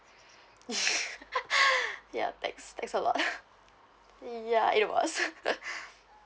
yup thanks thanks a lot ya it was